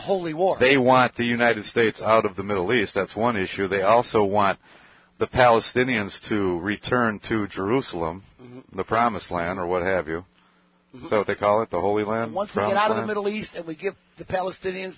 holy war they want the united states out of the middle east that's one issue they also want the palestinians to return to jerusalem the promise land or what have you though they call it the holy land once right out of the middle east and we give the palestinians